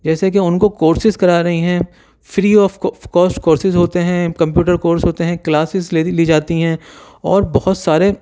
جیسے کہ ان کو کورسز کرا رہی ہیں فری آف کو کوسٹ کورسز ہوتے ہیں کمپیوٹر کورس ہوتے ہیں کلاسز لے لی جاتی ہیں اور بہت سارے